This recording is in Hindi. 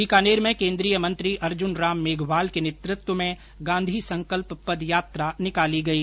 बीकानेर में कोन्द्रीय मंत्री अर्जुनराम मेघवाल के नेतृत्व में गांधी संकल्प पदयात्रा निकाली गई